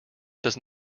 does